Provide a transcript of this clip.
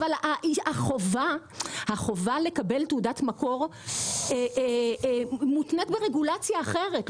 החובה לקבל תעודת מקור מותנית ברגולציה אחרת,